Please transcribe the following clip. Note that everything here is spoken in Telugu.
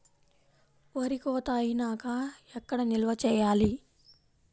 వరి కోత అయినాక ఎక్కడ నిల్వ చేయాలి?